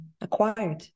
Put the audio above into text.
Acquired